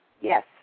Yes